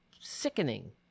sickening